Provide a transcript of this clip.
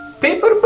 Paper